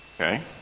okay